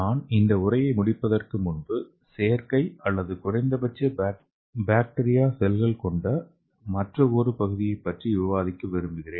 நான் இந்த உரையை முடிப்பதற்கு முன்பு செயற்கை அல்லது குறைந்தபட்ச பாக்டீரியா செல்கள் கொண்ட மற்றொரு பகுதியைப் பற்றி விவாதிக்க விரும்புகிறேன்